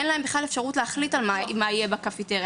אין להם בכלל אפשרות להחליט על מה יהיה בקפיטריה.